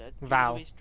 Val